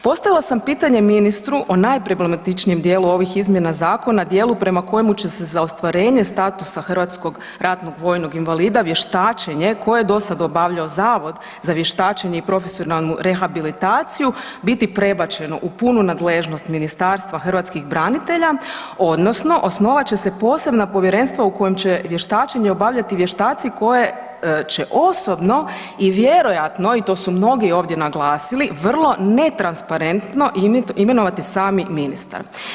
Postavila sam pitanje ministru o najproblematičnijem dijelu ovih izmjena zakona, dijelu prema kojemu će se za ostvarenje statusa hrvatskog ratnog vojnog invalida vještačenje koje je dosada obavljao Zavod za vještačenje i profesionalnu rehabilitaciju biti prebačeno u punu nadležnost Ministarstva hrvatskih branitelja odnosno osnovat će se posebna povjerenstva u kojem će vještačenje obavljati vještaci koje će osobno i vjerojatno i to su mnogi ovdje naglasili, vrlo netransparentno imenovati sami ministar.